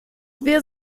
wir